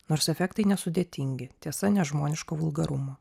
nors efektai nesudėtingi tiesa nežmoniško vulgarumo